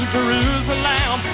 Jerusalem